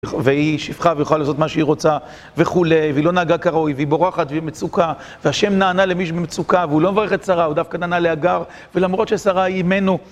והיא שפחה, והיא יכולה לעשות מה שהיא רוצה, וכולי, והיא לא נהגה כראוי, והיא בורחת, והיא במצוקה, והשם נענה למי שבמצוקה והוא לא מברך את שרה, הוא דווקא נענה להגר ולמרות ששרה היא אימנו